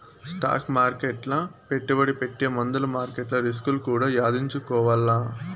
stock మార్కెట్ల పెట్టుబడి పెట్టే ముందుల మార్కెట్ల రిస్కులు కూడా యాదించుకోవాల్ల